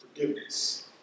Forgiveness